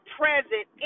present